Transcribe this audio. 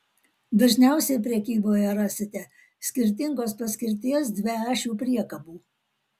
dažniausiai prekyboje rasite skirtingos paskirties dviašių priekabų